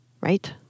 Right